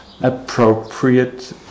appropriate